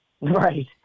Right